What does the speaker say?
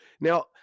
Now